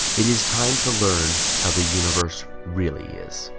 it is time to learn how the universe really is?